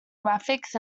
graphics